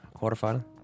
quarterfinal